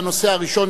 דוד רותם,